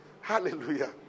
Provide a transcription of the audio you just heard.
Hallelujah